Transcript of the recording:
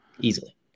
easily